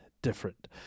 different